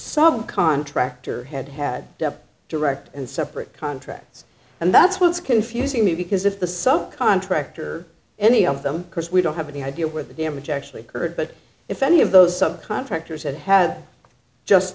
some contractor had had direct and separate contracts and that's what's confusing me because if the sub contractor any of them because we don't have any idea where the damage actually occurred but if any of those subcontractors had had just